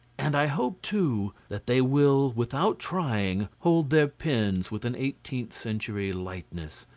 and i hope, too, that they will without trying hold their pens with an eighteenth century lightness,